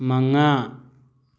ꯃꯉꯥ